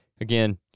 Again